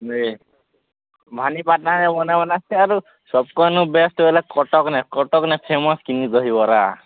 ଯେ ଭବାନୀପାଟଣାରେ ଆରୁ ସବ୍ କୋନ ବେଷ୍ଟ ହେଲା କଟକ ନେ କଟକ ନେ ଫେମସ୍ କିଙ୍ଗ୍ ଦହିବରା